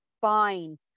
fine